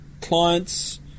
clients